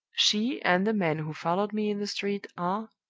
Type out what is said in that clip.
she and the man who followed me in the street are,